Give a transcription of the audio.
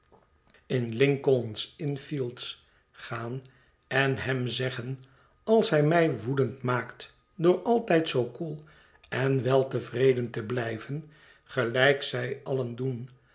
s gaan en hem zeggen als hij mij woedend maakt door altijd zoo koel en weltevreden te blijven gelijk zij allen doen